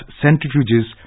centrifuges